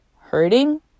hurting